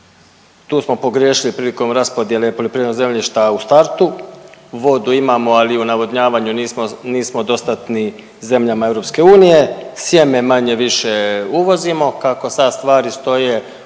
tu smo pogriješili prilikom raspodjele poljoprivrednog zemljišta u startu. Vodu imamo ali u navodnjavanju nismo dostatni zemljama EU, sjeme manje-više uvozimo, kako sad stvari stoje